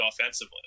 offensively